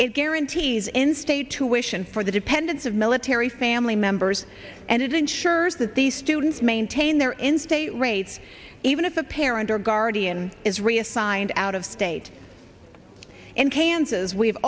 it guarantees in state tuition for the dependents of military family members and it ensures that these students maintain their in state rates even if a parent or guardian is reassigned out of state in kansas we've